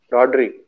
Rodri